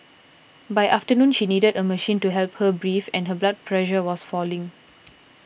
by afternoon she needed a machine to help her breathe and her blood pressure was falling